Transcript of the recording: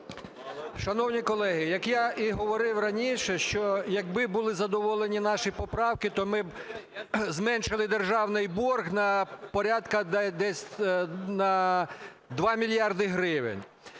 Шановні колеги, як і говорив раніше, що якби були задоволені наші поправки, то ми б зменшили державний борг порядку десь на 2 мільярди гривень.